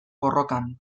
borrokan